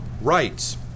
rights